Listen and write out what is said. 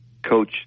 Coach